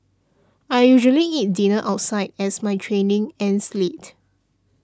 I usually eat dinner outside as my training ends late